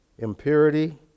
impurity